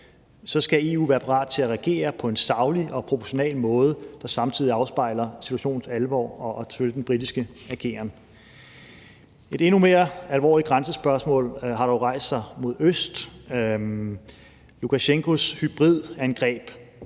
skal EU være parat til at reagere på en saglig og proportional måde, der samtidig afspejler situationens alvor og selvfølgelig den britiske ageren. Kl. 11:58 Et endnu mere alvorligt grænsespørgsmål har jo rejst sig mod øst. Lukasjenkos hybridangreb